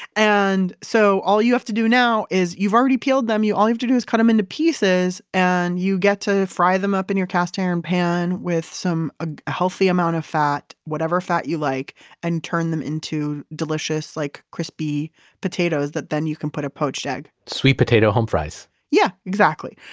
and so all you have to do now is, you've already peeled them, all have to do is cut them into pieces and you get to fry them up in your cast iron pan with some ah healthy amount of fat whatever fat you like and turn them into delicious like crispy potatoes that then you can put a poached egg sweet potato home fries yeah, exactly.